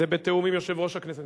זה בתיאום עם יושב-ראש הכנסת.